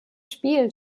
spiel